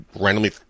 randomly